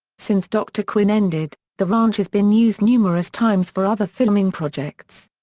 since dr. quinn ended, the ranch has been used numerous times for other filming projects.